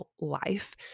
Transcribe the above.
life